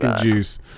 juice